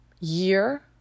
year